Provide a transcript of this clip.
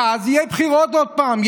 ואז יהיו בחירות עוד פעם.